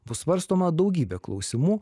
bus svarstoma daugybė klausimų